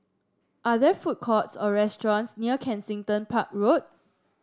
are there food courts or restaurants near Kensington Park Road